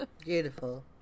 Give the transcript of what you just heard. Beautiful